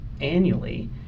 annually